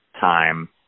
time